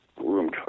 room